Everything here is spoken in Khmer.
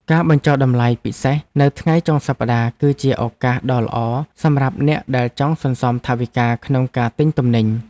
ការបញ្ចុះតម្លៃពិសេសនៅថ្ងៃចុងសប្តាហ៍គឺជាឱកាសដ៏ល្អសម្រាប់អ្នកដែលចង់សន្សំថវិកាក្នុងការទិញទំនិញ។